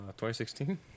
2016